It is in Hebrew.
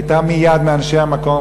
הייתה מייד מאנשי המקום,